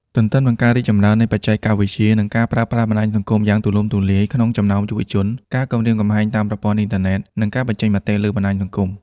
ទន្ទឹមនឹងការរីកចម្រើននៃបច្ចេកវិទ្យា និងការប្រើប្រាស់បណ្តាញសង្គមយ៉ាងទូលំទូលាយក្នុងចំណោមយុវជន ការគំរាមកំហែងតាមប្រព័ន្ធអ៊ីនធឺណិត និងការបញ្ចេញមតិលើបណ្តាញសង្គម។